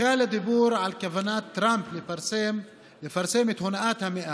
וכלל הדיבור על כוונת טראמפ לפרסם את הונאת המאה,